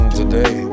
today